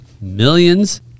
millions